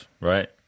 right